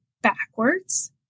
backwards